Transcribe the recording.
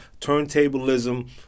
turntablism